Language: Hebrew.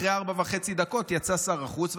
אחרי ארבע דקות וחצי יצא שר החוץ,